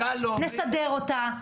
נסדר אותה,